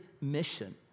mission